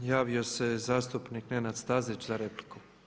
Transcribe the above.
Javio se zastupnik Nenad Stazić za repliku.